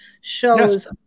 shows